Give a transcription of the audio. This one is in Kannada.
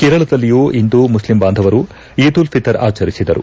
ಕೇರಳದಲ್ಲಿಯೂ ಇಂದು ಮುಸ್ಲಿಂ ಬಾಂಧವರು ಈದ್ ಉಲ್ ಫಿತರ್ ಆಚರಿಸಿದರು